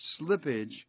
slippage